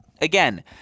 again